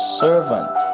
servant